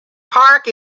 park